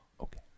Okay